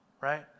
right